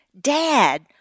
Dad